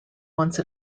once